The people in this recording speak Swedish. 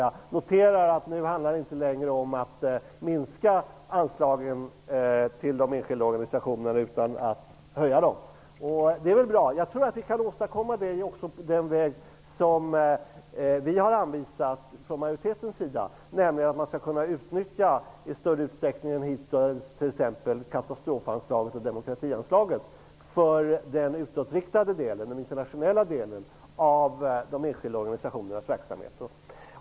Jag noterar att det inte längre handlar om att minska anslagen till de enskilda organisationerna, utan det handlar om att höja dem. Det är väl bra. Men jag tror att vi kan åstadkomma det även på den väg som utskottsmajoriteten anvisat, nämligen genom att i större utsträckning än hittills utnyttja exempelvis katastrofanslaget och demokratianslaget för den internationella delen av de enskilda organisationernas verksamhet.